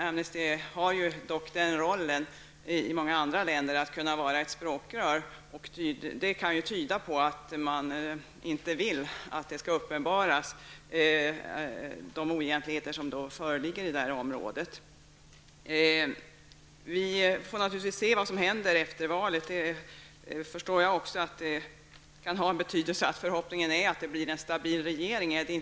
Amnesty International brukar ju i många andra länder spela rollen av ett språkrör. De indiska myndigheternas agerande kan tyda på att man inte vill att de oegentligheter som förekommer skall uppenbaras. Vi får naturligtvis se vad som händer efter valet. Också min förhoppning är att det skall bli en stabil regering.